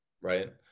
Right